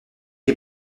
est